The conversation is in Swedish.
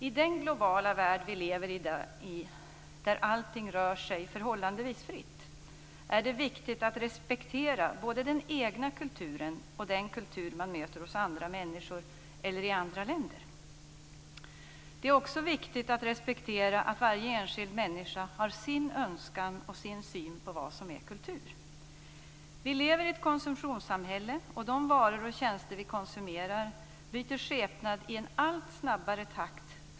I den globala värld som vi lever i, där allting rör sig förhållandevis fritt, är det viktigt att respektera både den egna kulturen och den kultur som man möter hos andra människor eller i andra länder. Det är också viktigt att respektera att varje enskild människa har sin önskan och sin syn på vad som är kultur. Vi lever i ett konsumtionssamhälle, och de varor och tjänster som vi konsumerar byter skepnad i en allt snabbare takt.